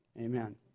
Amen